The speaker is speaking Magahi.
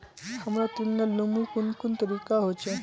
हमरा ऋण लुमू कुन कुन तरीका होचे?